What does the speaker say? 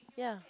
ya